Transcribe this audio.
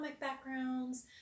backgrounds